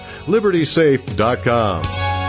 LibertySafe.com